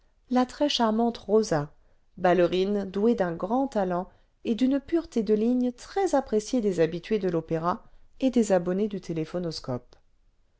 la très charmante posa ballerine douée d'un grand talent et d'une pureté de lignes très appréciés des habi r tués de l'obéra et des abonnés dû téléphonoscope